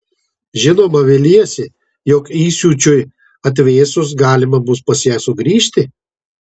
žinoma viliesi jog įsiūčiui atvėsus galima bus pas ją sugrįžti